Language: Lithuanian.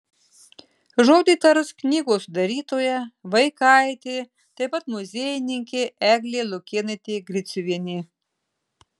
žodį tars knygos sudarytoja vaikaitė taip pat muziejininkė eglė lukėnaitė griciuvienė